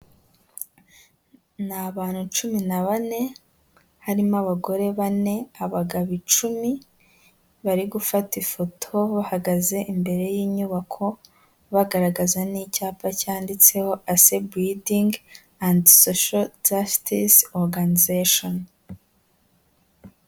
Ni abantu cumi na bane, harimo abagore bane, abagabo icumi, bari gufata ifoto bahagaze imbere y'inyubako, bagaragaza n'icyapa cyanditseho Acebuilding and Social Justice Organization.